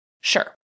Sure